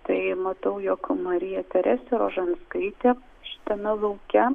tai matau jog marija teresė rožanskaitė šitame lauke